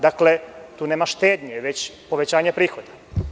Dakle, tu nema štednje, već povećanje prihoda.